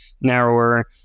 narrower